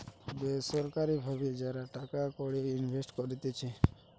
বেসরকারি ভাবে যারা টাকা কড়ি ইনভেস্ট করতিছে